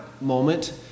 moment